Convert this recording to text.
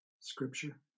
scripture